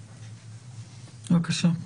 בבקשה.